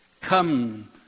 Come